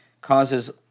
causes